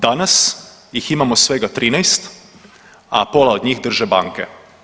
Danas ih imamo svega 13, a pola od njih drže banke.